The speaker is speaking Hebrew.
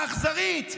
האכזרית,